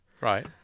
right